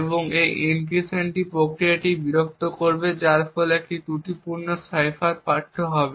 এবং এটি এনক্রিপশন প্রক্রিয়াকে বিরক্ত করবে যার ফলে একটি ত্রুটিপূর্ণ সাইফার পাঠ্য হবে